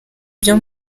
byo